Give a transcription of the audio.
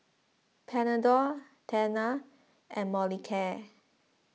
Panadol Tena and Molicare